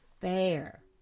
fair